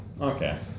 okay